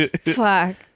Fuck